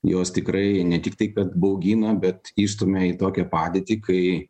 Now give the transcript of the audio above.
juos tikrai ne tiktai kad baugina bet įstumia į tokią padėtį kai